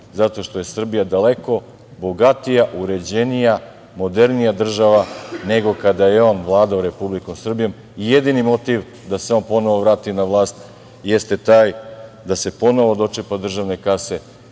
zato što je Srbija daleko bogatija, uređenija, modernija država nego kada je on vladao Republikom Srbijom. Jedini motiv da se on ponovo vrati na vlast jeste taj da se ponovo dočepa državne kase